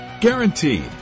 Guaranteed